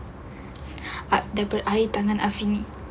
ah daripada air tangan